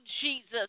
Jesus